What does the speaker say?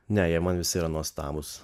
ne jie man visi yra nuostabūs